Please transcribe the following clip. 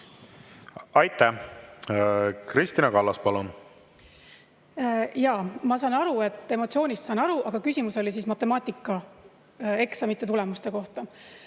Aitäh! Kristina Kallas, palun! Ma saan emotsioonist aru, aga küsimus oli siis matemaatikaeksamite tulemuste kohta.